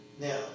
Now